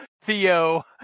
Theo